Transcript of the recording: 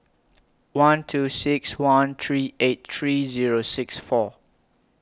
one two six one three eight three Zero six four